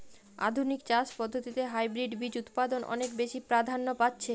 আধুনিক চাষ পদ্ধতিতে হাইব্রিড বীজ উৎপাদন অনেক বেশী প্রাধান্য পাচ্ছে